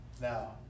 now